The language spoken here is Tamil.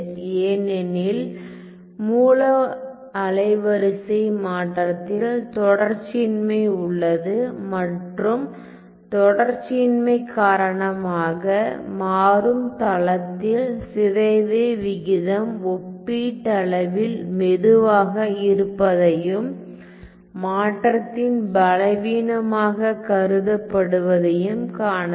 ஏனெனில் மூல அலைவரிசை மாற்றத்தில் தொடர்ச்சியின்மை உள்ளது மற்றும் தொடர்ச்சியின்மை காரணமாக மாறும் தளத்தில் சிதைவு விகிதம் ஒப்பீட்டளவில் மெதுவாக இருப்பதையும் மாற்றத்தின் பலவீனமாகக் கருதப்படுவதையும் காணலாம்